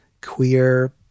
queer